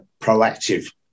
proactive